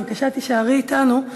בבקשה, תישארי אתנו.